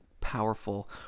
powerful